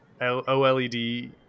OLED